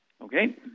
Okay